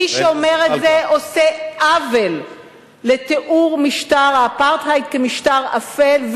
מי שאומר את זה עושה עוול לתיאור משטר האפרטהייד כמשטר אפל.